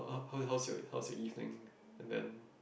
how how's your how's your evening and then